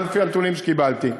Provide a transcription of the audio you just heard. זה לפי הנתונים שקיבלתי,